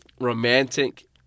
romantic